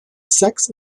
sex